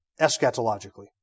eschatologically